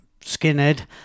skinhead